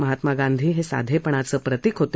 महात्मा गांधी हे साधेपणाचे प्रतीक होते